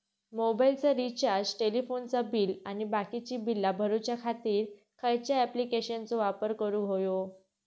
मोबाईलाचा रिचार्ज टेलिफोनाचा बिल आणि बाकीची बिला भरूच्या खातीर खयच्या ॲप्लिकेशनाचो वापर करूक होयो?